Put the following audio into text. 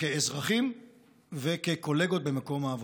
כאזרחים וקולגות במקום העבודה.